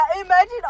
Imagine